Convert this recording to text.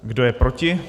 Kdo je proti?